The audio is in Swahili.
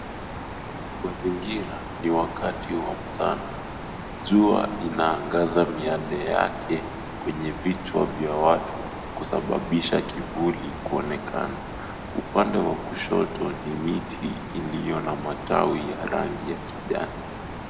Mazingira ni wakati wa mchana. Jua ina angaza miale yake kwenye vichwa vya watu kusababisha kivuli kuonekana. Upande wa kushoto ni miti iliyo na matawi ya rangi ya kijani.